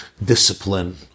Discipline